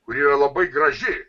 kuri yra labai graži